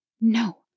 No